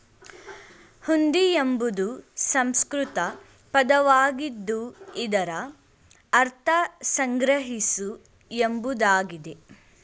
ಹುಂಡಿ ಎಂಬುದು ಸಂಸ್ಕೃತ ಪದವಾಗಿದ್ದು ಇದರ ಅರ್ಥ ಸಂಗ್ರಹಿಸು ಎಂಬುದಾಗಿದೆ